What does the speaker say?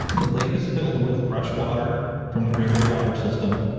the lake is filled with fresh water from the green bay water system.